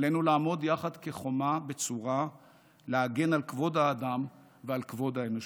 עלינו לעמוד יחד כחומה בצורה ולהגן על כבוד האדם ועל כבוד האנושיות.